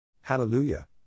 Hallelujah